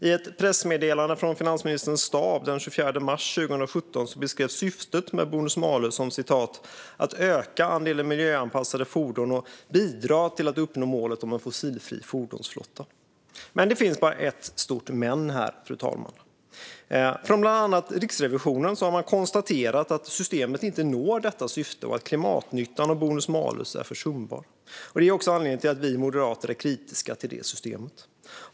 I ett pressmeddelande från finansministerns stab den 24 mars 2017 beskrevs syftet med bonus-malus som "att öka andelen miljöanpassade fordon och bidra till att uppnå målet om en fossilfri fordonsflotta". Det finns bara ett stort men här, herr talman. Från bland annat Riksrevisionen har man konstaterat att systemet inte når detta syfte och att klimatnyttan av bonus-malus är försumbar. Det är också anledningen till att vi moderater är kritiska till det systemet. Herr talman!